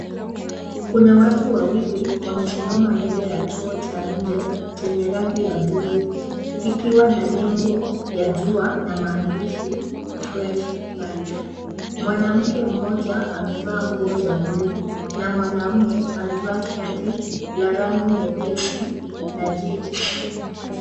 Kuna watu wawili wamesimama mbele ya choo cha nje chenye rangi ya bluu kikiwa na nembo ya jua na maandishi fresh life .Mwanamke mmoja anainua nguo za bluu na mwanaume amevaa shati la rangi nyepesi na jeans .